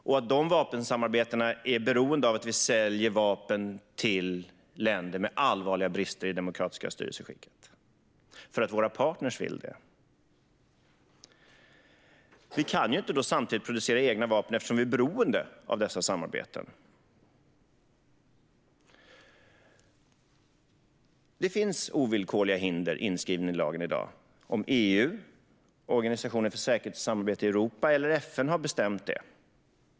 Dessa vapensamarbeten är beroende av att vi säljer vapen till länder med allvarliga brister i det demokratiska styrelseskicket - för att våra partner vill detta. Vi kan inte samtidigt producera egna vapen eftersom vi är beroende av dessa samarbeten. Det finns ovillkorliga hinder inskrivna i lagen i dag, om EU, Organisationen för säkerhet och samarbete i Europa eller FN har bestämt det.